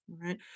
right